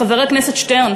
חבר הכנסת שטרן.